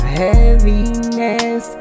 heaviness